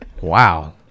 Wow